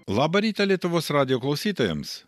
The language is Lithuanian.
labą rytą lietuvos radijo klausytojams